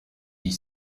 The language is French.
dit